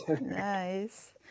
nice